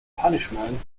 punishment